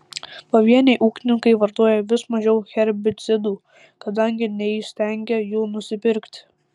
pavieniai ūkininkai vartoja vis mažiau herbicidų kadangi neįstengia jų nusipirkti